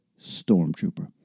stormtrooper